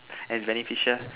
and many fishes